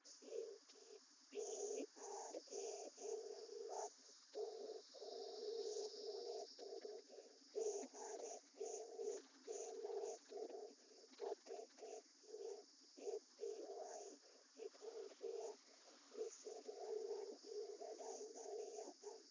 ᱤᱧ ᱠᱤ P R A N number ᱛᱩᱨᱩᱭ ᱯᱩᱱ ᱢᱤᱫ ᱢᱚᱬᱮ ᱛᱩᱨᱩᱭ ᱯᱮ ᱟᱨᱮ ᱯᱮ ᱢᱤᱫ ᱯᱮ ᱢᱚᱬᱮ ᱛᱩᱨᱩᱭ ᱦᱚᱛᱮ ᱛᱮ ᱤᱧᱟᱹᱜ ᱮ ᱯᱤ ᱚᱣᱟᱭ ᱮᱠᱟᱣᱩᱱᱴ ᱨᱮᱭᱟᱜ ᱵᱤᱥᱟᱹᱫᱽ ᱵᱚᱨᱱᱚᱱ ᱤᱧ ᱵᱟᱰᱟᱭ ᱫᱟᱲᱮᱭᱟᱜᱼᱟ